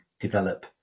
develop